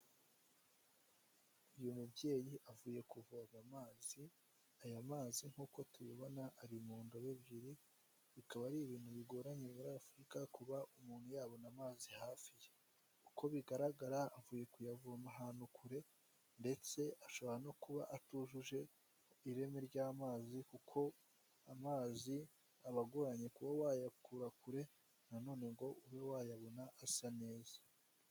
Uyu mubyeyi avuye kuvoga amazi, aya mazi nk'uko tubibona ari mu ndobo ebyiri, bikaba ari ibintu bigoranye muri Afurika kuba umuntu yabona amazi hafi ye, uko bigaragara avuye kuyavoma ahantu kure ndetse ashobora no kuba atujuje ireme ry'amazi kuko amazi aba agoranye kuba wayakura kure nanone ngo ube wayabona asa neza.